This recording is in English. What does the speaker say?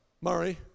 Murray